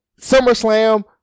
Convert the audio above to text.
SummerSlam